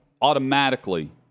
automatically